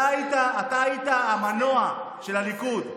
אתה היית המנוע של הליכוד.